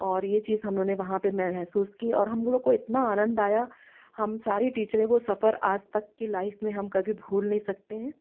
और ये चीज हम उन्हें वहाँ पे महसूस की और हम लोग को इतना आनंद आया हम सारी टीचरें वो सफर आज तक के लाइफ में हम कभी भूल नहीं सकते हैं